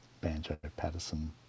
Banjo-Patterson